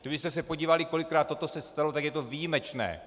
Kdybyste se podívali, kolikrát toto se stalo, tak je to výjimečné.